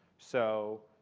so